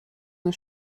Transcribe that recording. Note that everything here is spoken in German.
nur